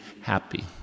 happy